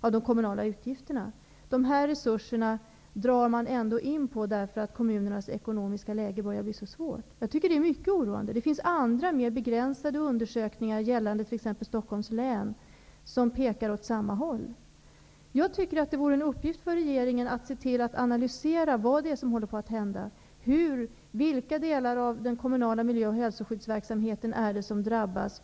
av de kommunala utgifterna. Dessa resurser drar man ändå in på, eftersom kommunernas ekonomiska läge börjar bli så svårt. Jag tycker att det är mycket oroande. Det finns andra, mer begränsade undersökningar, gällande t.ex. Stockholms län, som pekar åt samma håll. Jag tycker att det vore en uppgift för regeringen att analysera vad som håller på att hända. Vilka delar av den kommunala miljö och hälsoskyddsverksamheten drabbas?